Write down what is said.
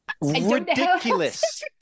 ridiculous